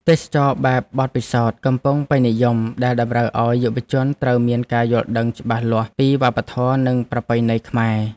ទេសចរណ៍បែបបទពិសោធន៍កំពុងពេញនិយមដែលតម្រូវឱ្យយុវជនត្រូវមានការយល់ដឹងច្បាស់លាស់ពីវប្បធម៌និងប្រពៃណីខ្មែរ។